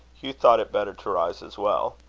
hugh thought it better to rise as well.